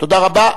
תודה רבה.